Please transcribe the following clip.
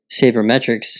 Sabermetrics